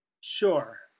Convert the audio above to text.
Sure